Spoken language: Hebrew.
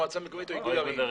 מועצה מקומית או איגוד ערים.